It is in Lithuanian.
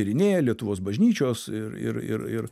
tyrinėję lietuvos bažnyčios ir ir ir ir